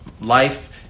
Life